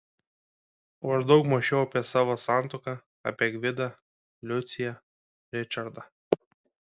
o aš daug mąsčiau apie savo santuoką apie gvidą liuciją ričardą